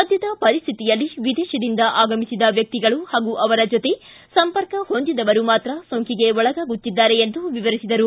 ಸದ್ದದ ಪರಿಸ್ಥಿತಿಯಲ್ಲಿ ವಿದೇಶದಿಂದ ಆಗಮಿಸಿದ ವ್ಯಕ್ತಿಗಳು ಹಾಗೂ ಅವರ ಜೊತೆ ಸಂಪರ್ಕ ಹೊಂದಿದವರು ಮಾತ್ರ ಸೋಂಕಿಗೆ ಒಳಗಾಗುತ್ತಿದ್ದಾರೆ ಎಂದು ವಿವರಿಸಿದರು